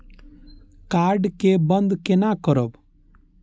Card के बन्द केना करब?